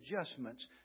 adjustments